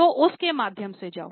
तो उस के माध्यम से जाओ